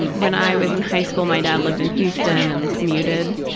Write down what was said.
when i was in high school my dad lived in houston and commuted.